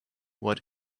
what